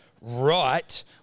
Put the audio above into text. right